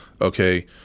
Okay